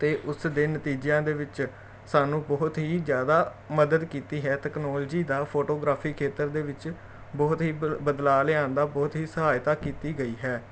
ਅਤੇ ਉਸ ਦੇ ਨਤੀਜਿਆਂ ਦੇ ਵਿੱਚ ਸਾਨੂੰ ਬਹੁਤ ਹੀ ਜ਼ਿਆਦਾ ਮਦਦ ਕੀਤੀ ਹੈ ਟੈਕਨੋਲਜੀ ਦਾ ਫੋਟੋਗ੍ਰਾਫੀ ਖੇਤਰ ਦੇ ਵਿੱਚ ਬਹੁਤ ਹੀ ਬਲ ਬਦਲਾਅ ਲਿਆਂਦਾ ਬਹੁਤ ਹੀ ਸਹਾਇਤਾ ਕੀਤੀ ਗਈ ਹੈ